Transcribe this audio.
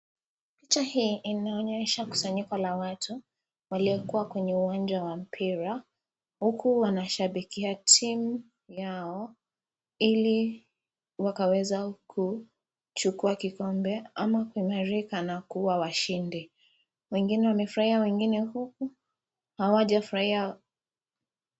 Picha hii inaonyesha kusanyiko la watu waliokuwa kwenye uwanja wa mpira huku wanashabikia timu yao ili wakaweza kuchukua kikombe ama kuimalika na kuwa washindi , wengine wamefurahia , wengine huku hawajafurahia.